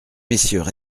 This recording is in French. messieurs